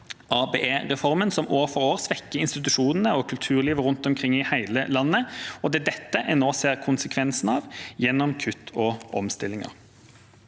ABE-reformen, som år for år svekker institusjonene og kulturlivet rundt omkring i hele landet, og det er dette en nå ser konsekvensene av gjennom kutt og omstillinger.